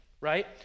right